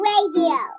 Radio